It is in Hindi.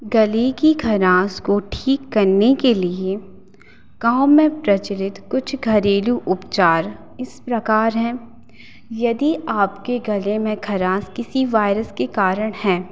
गले की खराश को ठीक करने के लिए गाँव में प्रचलित कुछ घरेलू उपचार इस प्रकार हैं यदि आपके गले में खराश किसी वायरस के कारण है